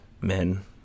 men